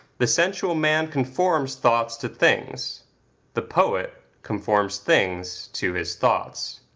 the sensual man conforms thoughts to things the poet conforms things to his thoughts.